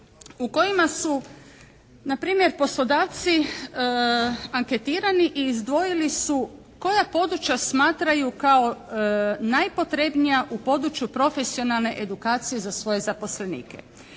u kojima su na primjer poslodavci anketirani i izdvojili su koja područja smatraju kao najpotrebnija u području profesionalne edukacije za svoje zaposlenike,